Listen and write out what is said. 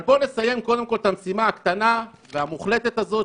אבל בואו נסיים קודם כול את המשימה הקטנה והמוחלטת הזאת,